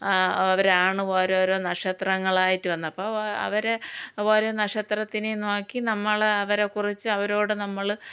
അവരാണ് ഓരോരോ നക്ഷത്രങ്ങളായിട്ടു വന്ന് അപ്പോൾ അവർ ഓരോ നക്ഷത്രത്തിനെ നോക്കി നമ്മളെ അവരെ കുറിച്ച് അവരോടു നമ്മൾ